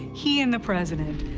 he and the president.